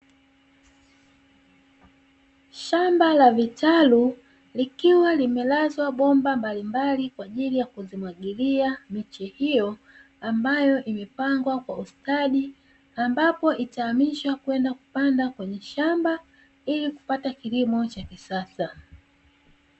Shamba la vitalu likiwa limelazwa bomba mbalimbali kwa ajili ya kuzimwagilia miche hiyo, ambayo imepangwa kwa ustadi ambapo itahamishwa kwenda kupanda kwenye shamba, ili kupata kilimo cha kisasa.